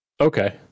Okay